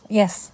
yes